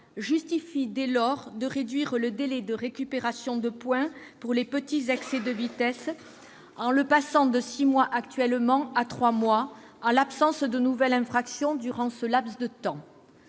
justifient dès lors de réduire le délai de récupération de points pour les petits excès de vitesse, en le faisant passer de six mois actuellement à trois mois, en l'absence de nouvelle infraction durant ce laps de temps.